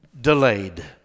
delayed